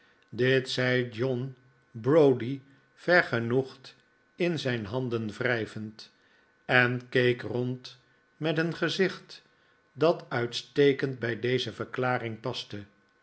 dit zei john browdie vergenoegd in zijn handen wrijvend en keek rond met een gezicht dat uitstekend bij deze verklaring paste